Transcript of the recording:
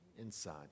inside